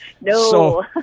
No